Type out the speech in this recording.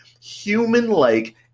human-like